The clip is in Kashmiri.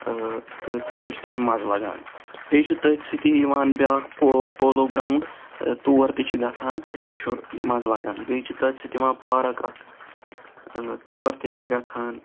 تِمَن چھُ تَتہِ مَزٕ لَگان بیٚیہِ چھُ تٔتھۍ سۭتی یِوان بیٛاکھ پو پولو گرٛاوُنٛڈ تور تہِ چھِ گَژھان تَتہِ تہِ چھُ مَزٕ لَگان بیٚیہِ چھِ تٔتھۍ سۭتۍ یِوان پارَک اَکھ تور تہِ چھِ گَژھان